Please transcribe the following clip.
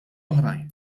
oħrajn